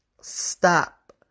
stop